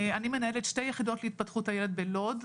אני מנהלת שתי יחידות להתפתחות הילד בלוד,